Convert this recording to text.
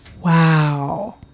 wow